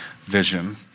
vision